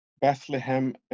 Bethlehem